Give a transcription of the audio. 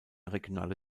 regionale